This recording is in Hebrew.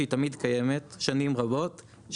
שקיימת שנים רבות,